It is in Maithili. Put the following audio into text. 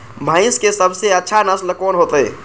भैंस के सबसे अच्छा नस्ल कोन होते?